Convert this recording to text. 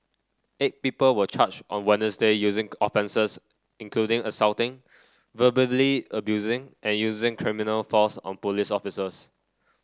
eight people were charged on Wednesday using offences including assaulting verbally abusing and using criminal force on police officers